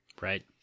Right